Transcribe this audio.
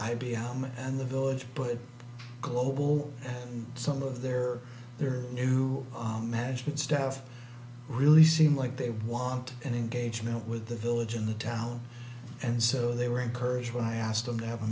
m and the village but global some of their their new management staff really seem like they want an engagement with the village in the town and so they were encouraged when i asked them to have a